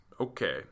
Okay